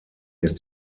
ist